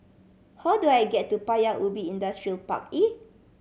how do I get to Paya Ubi Industrial Park E